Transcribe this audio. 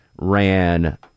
ran